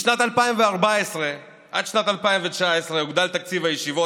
משנת 2014 עד שנת 2019 הוגדל תקציב הישיבות